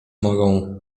mogą